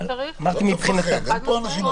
לא צריך לפחד, זה חד-משמעי.